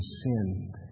sinned